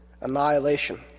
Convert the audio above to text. annihilation